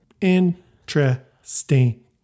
Interesting